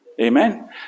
amen